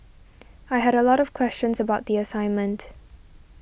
I had a lot of questions about the assignment